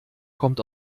kommt